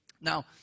Now